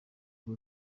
uru